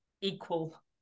equal